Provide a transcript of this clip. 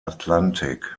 atlantik